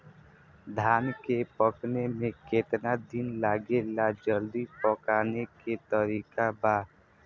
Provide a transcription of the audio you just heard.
धान के पकने में केतना दिन लागेला जल्दी पकाने के तरीका बा?